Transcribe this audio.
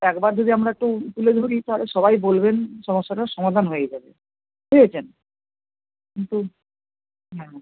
একবার যদি আমরা একটু তুলে ধরি তাহলে সবাই বলবেন সমস্যাটার সমাধান হয়ে যাবে বুঝেছেন কিন্তু হ্যাঁ